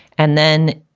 and then,